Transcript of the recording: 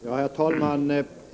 Herr talman!